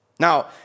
Now